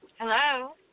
Hello